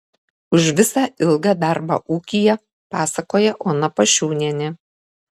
už visą ilgą darbą ūkyje pasakoja ona pašiūnienė